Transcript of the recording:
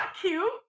cute